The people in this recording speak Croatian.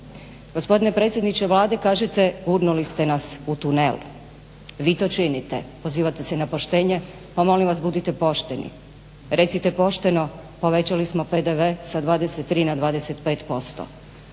Gospodine predsjedniče Vlade kažete gurnuli ste nas u tunel. Vi to činite. Pozivate se na poštenje, pa molim vas budite pošteni. Recite pošteno povećali smo PDV sa 23 na 25%.